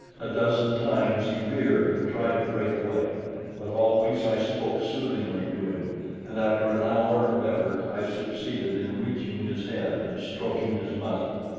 a dozen times he reared and tried to break away but always i spoke soothingly to him and after an hour of effort i succeeded in reaching his head and stroking his muzzle.